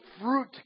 fruit